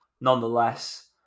nonetheless